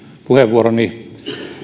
puheenvuoroni